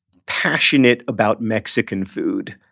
passionate about mexican food.